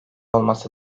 olmasa